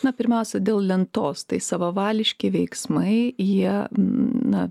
na pirmiausia dėl lentos tai savavališki veiksmai jie na